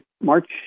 March